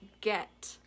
get